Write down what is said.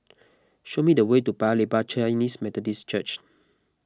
show me the way to Paya Lebar Chinese Methodist Church